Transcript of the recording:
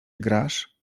grasz